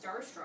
starstruck